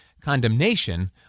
condemnation